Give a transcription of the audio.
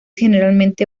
generalmente